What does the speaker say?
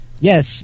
Yes